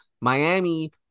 Miami